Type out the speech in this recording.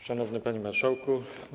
Szanowny Panie Marszałku!